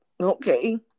okay